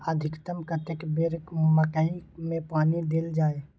अधिकतम कतेक बेर मकई मे पानी देल जाय?